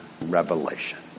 revelation